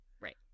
Right